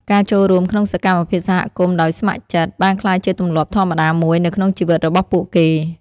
ការចូលរួមក្នុងសកម្មភាពសហគមន៍ដោយស្ម័គ្រចិត្តបានក្លាយជាទម្លាប់ធម្មតាមួយនៅក្នុងជីវិតរបស់ពួកគេ។